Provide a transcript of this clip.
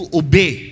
obey